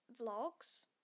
vlogs